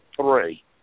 three